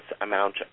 amount